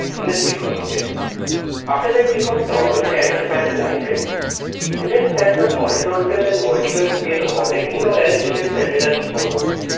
and then click on ok after that click on toggle character panel icon and then set the horizontal and vertical scale accordingly or else you can set it as follows